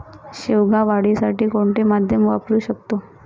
शेवगा वाढीसाठी कोणते माध्यम वापरु शकतो?